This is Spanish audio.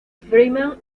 freeman